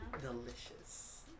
delicious